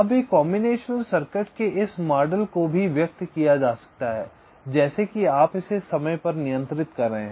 अब एक combination circuit के इस मॉडल को भी व्यक्त किया जा सकता है जैसे कि आप इसे समय पर नियंत्रित कर रहे हैं